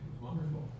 wonderful